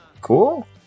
cool